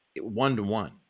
one-to-one